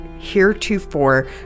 heretofore